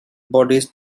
bodies